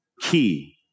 key